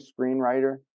screenwriter